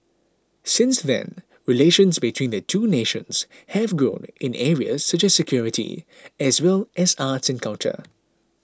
since then relations between the two nations have grown in areas such as security as well as arts and culture